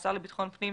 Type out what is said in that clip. השר לבטחון הפנים,